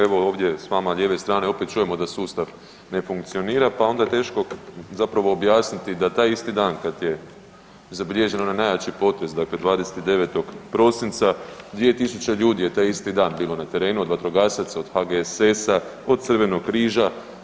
Evo ovdje vama s lijeve strane opet čujemo da sustav ne funkcionira pa onda je teško zapravo objasniti da taj isti dan kada je zabilježen onaj najjači potres dakle 29.prosinca 2000 ljudi je taj isti dan bilo na terenu od vatrogasaca, od HGSS-a, od Crvenog križa.